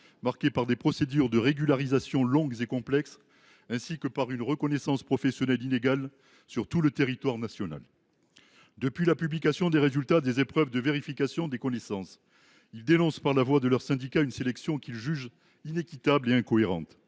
marquée par des procédures de régularisation longues et complexes ainsi que par une reconnaissance professionnelle inégale sur tout le territoire national. Depuis la publication des résultats des épreuves de vérification des connaissances, ils dénoncent par la voix de leurs syndicats une sélection qu’ils jugent inéquitable et incohérente.